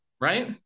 Right